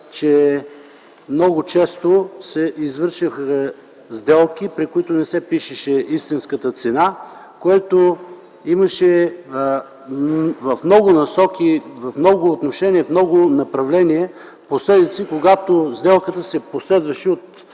че много често се извършваха сделки, при които не се пишеше истинската цена, което в много отношения, в много направления имаше последици, когато сделката се последваше от